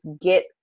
get